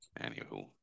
Anywho